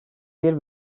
bir